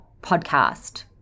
Podcast